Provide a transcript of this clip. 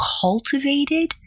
cultivated